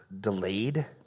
delayed